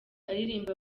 aririmba